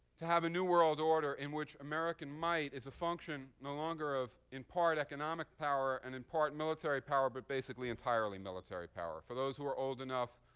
to have a new world order in which american might is a function no longer of in part economic power and in part military power, but basically entirely military power. for those who are old enough,